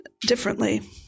differently